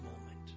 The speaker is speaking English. moment